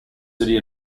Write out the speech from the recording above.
city